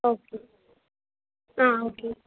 okay ആ okay